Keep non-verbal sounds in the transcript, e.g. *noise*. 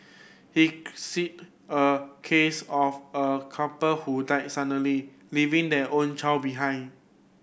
he *unintelligible* a case of a couple who died suddenly leaving their only child behind